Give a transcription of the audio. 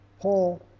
Paul